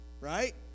right